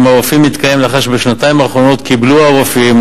עם הרופאים מתקיים לאחר שבשנתיים האחרונות קיבלו הרופאים,